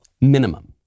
minimum